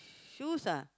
shoes ah